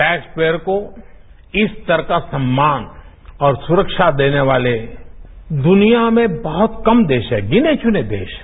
tax payer को इस स्तर का सम्मान और सुरक्षा देने वाले दुनिया में बहुत कम देश हैं गिने चुने देश हैं